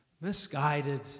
misguided